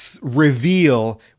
reveal